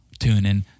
TuneIn